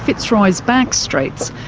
fitzroy's back streets,